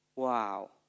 Wow